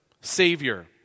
Savior